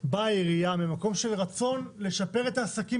באה העירייה ממקום של רצון לשפר את העסקים